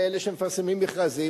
לאלה שמפרסמים מכרזים,